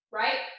right